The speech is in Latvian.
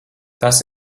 tas